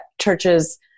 churches